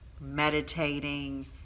meditating